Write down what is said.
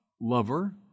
lover